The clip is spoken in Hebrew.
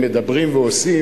"מדברים ועושים",